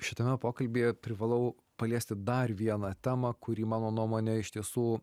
šitame pokalbyje privalau paliesti dar vieną temą kuri mano nuomone iš tiesų